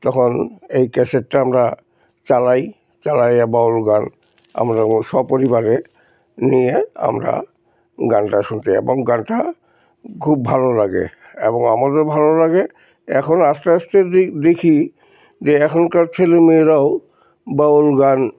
তখন এই ক্যাসেটটা আমরা চালাই চালাইয়া বাউল গান আমরা ও সপরিবারে নিয়ে আমরা গানটা শুনতে এবং গানটা খুব ভালো লাগে এবং আমাদেরও ভালো লাগে এখন আস্তে আস্তে দেখি যে এখনকার ছেলেমেয়েরাও বাউল গান